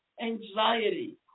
anxiety